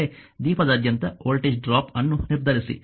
ದೀಪದಾದ್ಯಂತ voltage drop ಅನ್ನು ನಿರ್ಧರಿಸಿ